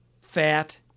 Fat